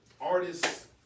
artists